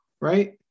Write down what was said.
Right